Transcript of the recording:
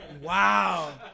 Wow